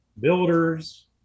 builders